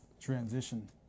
Transition